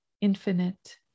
infinite